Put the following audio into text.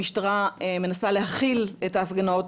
המשטרה מנסה להכיל את ההפגנות,